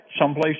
someplace